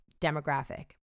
demographic